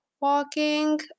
walking